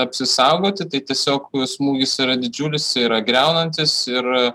apsisaugoti tai tiesiog smūgis yra didžiulis yra griaunantis ir